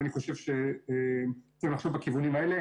ואני חושב שצריך לנסות בכיוונים האלה.